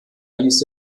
hieß